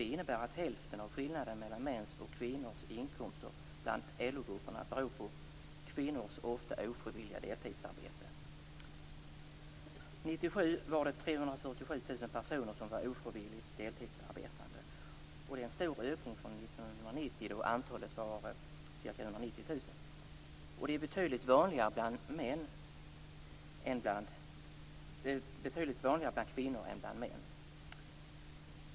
Det innebär att hälften av skillnaden mellan mäns och kvinnors inkomster i LO-grupperna beror på kvinnors ofta ofrivilliga deltidsarbete. År 1997 var 347 000 personer ofrivilligt deltidsarbetande. Det innebar en stor ökning i förhållande till år 1990, då antalet var ca 190 000. Det är betydligt vanligare bland kvinnor än bland män.